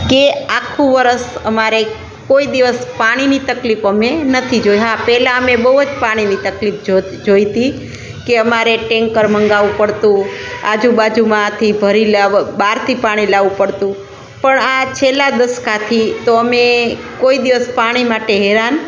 કે આખું વરસ અમારે કોઈ દિવસ પાણીની તકલીફ અમે નથી જોઈ હા પહેલાં અમે બહુ જ પાણીની તકલીફ જો જોઈ હતી કે અમારે ટેન્કર મંગાવવું પડતું આજુબાજુમાંથી ભરી લાવવા બહારથી પાણી લાવવું પડતું પણ આ છેલા દસકાથી તો અમે કોઈ દિવસ પાણી માટે હેરાન